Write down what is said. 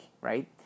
right